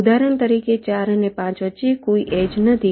ઉદાહરણ તરીકે 4 અને 5 વચ્ચે કોઈ એજ નથી